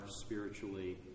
spiritually